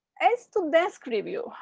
as to this review,